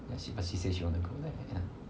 but she say she want to go then